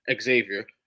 Xavier